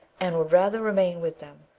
and would rather remain with them.